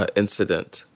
ah incident.